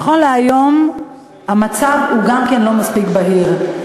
נכון להיום המצב גם לא מספיק בהיר.